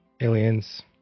aliens